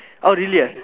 oh really ah